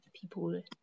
People